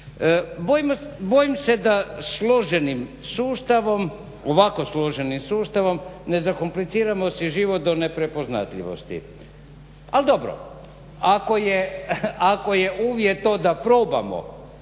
Bojim se da složenim sustavom, ovako složenim sustavom ne zakompliciramo si život do neprepoznatljivosti. Al dobro, ako je uvjet to da probamo,